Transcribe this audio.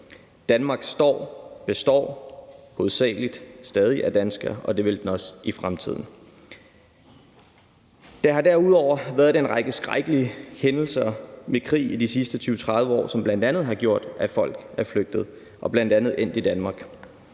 Danmark består hovedsagelig stadig af danskere, og det vil det også i fremtiden. Der har derudover været en række af skrækkelige hændelser med krig i de sidste 20-30 år, som bl.a. har gjort, at folk er flygtet og bl.a. er endt i Danmark.